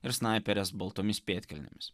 ir snaiperės baltomis pėdkelnėmis